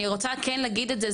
לכן חשוב לי להגיד את זה.